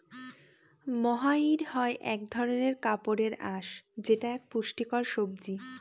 মহাইর হয় এক ধরনের কাপড়ের আঁশ যেটা এক পুষ্টিকর সবজি